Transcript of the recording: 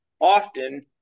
often